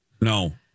no